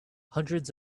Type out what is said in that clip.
hundreds